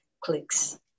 clicks